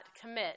commit